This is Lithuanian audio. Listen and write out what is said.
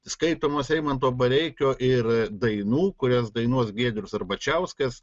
skaitomos eimanto bareikio ir dainų kurias dainuos giedrius arbačiauskas